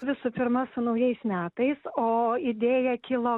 visų pirma su naujais metais o idėja kilo